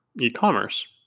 e-commerce